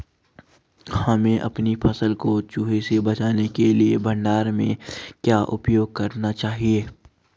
हमें अपनी फसल को चूहों से बचाने के लिए भंडारण में क्या उपाय करने चाहिए?